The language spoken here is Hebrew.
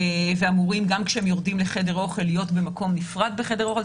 ואמורים גם כשהם יורדים לחדר אוכל להיות במקום נפרד בחדר האוכל.